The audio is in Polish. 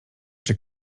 czy